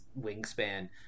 wingspan